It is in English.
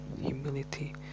humility